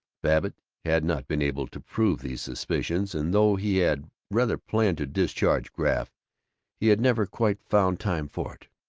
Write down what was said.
babbitt had not been able to prove these suspicions, and though he had rather planned to discharge graff he had never quite found time for it.